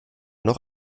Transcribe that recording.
noch